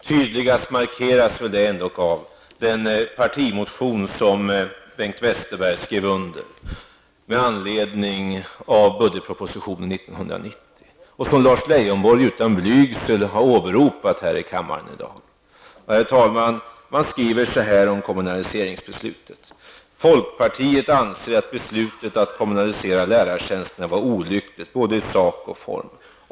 Tydligast markeras detta av den partimotion som Bengt Westerberg skrev under med anledning av budgetproposition 1990 och som Lars Leijonborg utan blygsel har åberopat här i kammaren i dag. Man skriver så här om kommunaliseringsbeslutet: ''Folkpartiet anser att beslutet att kommunalisera lärartjänsterna var olyckligt både i sak och i form.